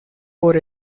por